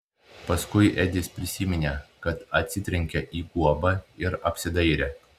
paskui edis prisiminė kad atsitrenkė į guobą ir apsidairė